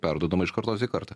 perduodama iš kartos į kartą